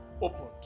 opened